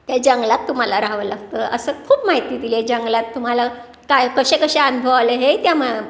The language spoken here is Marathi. त्या जंगलात तुम्हाला राहावं लागतं असं खूप माहिती दिली आहे जंगलात तुम्हाला काय कसे कसे अनुभव आले हे त्या मग